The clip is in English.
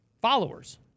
followers